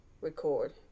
record